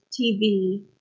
TV